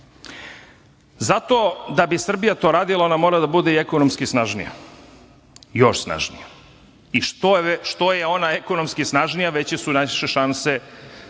da bi Srbija to uradila ona mora da bude i ekonomski snažnija, još snažnija i što je ona ekonomski snažnija veće su naše šanse